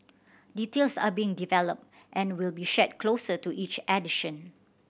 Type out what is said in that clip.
details are being developed and will be shared closer to each edition